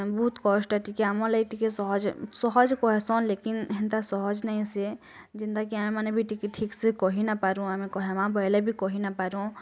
ବହୁତ୍ କଷ୍ଟ ଟିକେ ଆମର୍ ଲାଗି ଟିକେ ସହଜ୍ ସହଜ୍ କହେସନ୍ ଲେକିନ୍ ହେନ୍ତା ସହଜ୍ ନାଇଁସେ ଯେନ୍ତା କି ଆ ମାନେ ବି ଟିକେ ଠିକ୍ ସେ କହି ନାଇପାରୁଁ ଆମେ କହେମାଁ ବଇଲେ ବି କହିନାଇଁପାରୁଁ